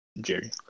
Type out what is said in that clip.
Jerry